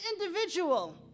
individual